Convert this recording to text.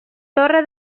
torre